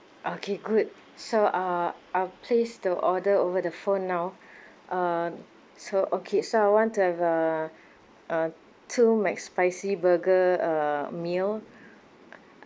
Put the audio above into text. okay good so uh I'll place the order over the phone now uh so okay so I want to have a uh two mcspicy burger uh meal